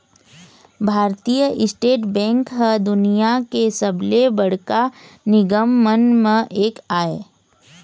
भारतीय state bank ह दुनिया के सबले बड़का निगम मन म एक आय